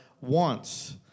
wants